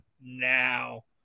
now